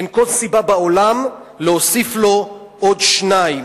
אין כל סיבה בעולם להוסיף לו עוד שניים,